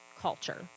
culture